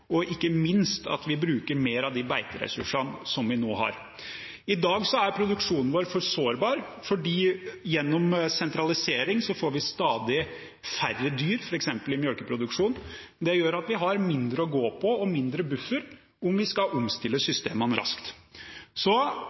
og ikke minst bruker mer av de beiteressursene som vi nå har. I dag er produksjonen vår for sårbar, for gjennom sentralisering får vi stadig færre dyr, f.eks. i melkeproduksjonen. Det gjør at vi har mindre å gå på og en mindre buffer om vi skal omstille systemene raskt. Så